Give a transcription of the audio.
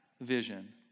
vision